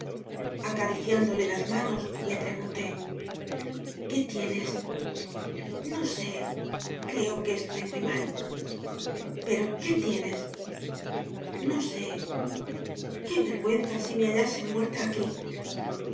acariciándole las manos le pre gunté qué tienes no sé creo que estoy muy mal pero qué tienes no sé qué vergüenza si me hallasen muerta aquí